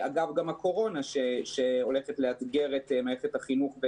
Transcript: אגב גם הקורונה שהולכת לאתגר את מערכת החינוך,